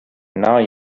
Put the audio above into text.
now